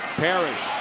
parrish.